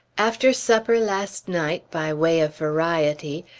after supper last night, by way of variety,